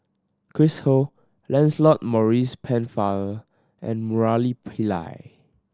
Chris Ho Lancelot Maurice Pennefather and Murali Pillai